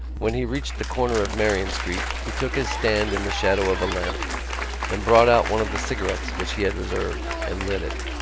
when he reached the corner of merrion street he took his stand in the shadow of a lamp and brought out one of the cigarettes which he had reserved and lit it.